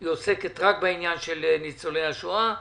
היא עוסקת רק בעניין ניצולי השואה,